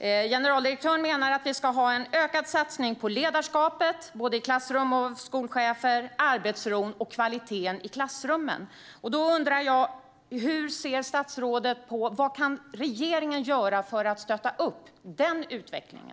Generaldirektören menar att vi ska ha en ökad satsning på ledarskapet, både i klassrum och för skolchefer, arbetsron och kvaliteten i klassrummen. Jag undrar hur statsrådet ser på detta och vad regeringen kan göra för att stötta den utvecklingen.